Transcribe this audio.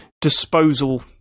disposal